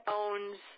owns